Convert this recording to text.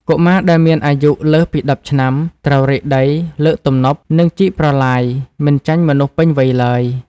កុមារដែលមានអាយុលើសពី ១០ ឆ្នាំ ត្រូវរែកដី លើកទំនប់ និងជីកប្រឡាយមិនចាញ់មនុស្សពេញវ័យឡើយ។